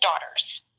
daughters